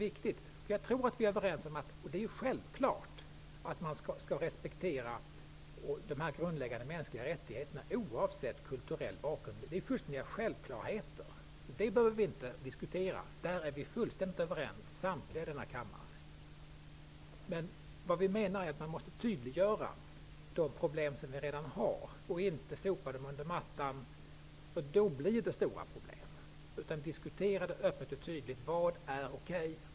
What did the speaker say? Det är självklart att man skall respektera allas grundläggande mänskliga rättigheter oavsett kulturell bakgrund. Det behöver vi inte diskutera; samtliga i denna kammare är överens. Men vi menar att man måste tydliggöra de problem som redan finns och inte sopa dem under mattan, för då blir det stora problem. Diskutera öppet och tydligt: Vad är okej?